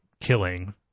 killing